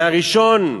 מ-1,